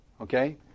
okay